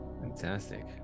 Fantastic